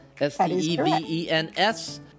s-t-e-v-e-n-s